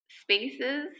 spaces